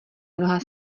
mnoha